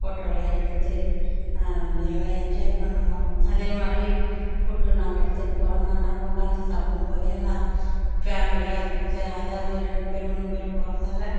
ஃபோட்டோயெல்லாம் எடுத்து எல்லாம் என்ஜாய் பண்ணுவோம் அதே மாதிரி ஃபுட் நாங்கள் எடுத்துகிட்டு போகிறோன்னா நாங்கள் உட்கார்ந்து சாப்பிடும்போது எல்லாம் ஃபேமிலியாக அதாவது ரெண்டு பேர் மூணு பேர் போகிறதால